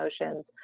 emotions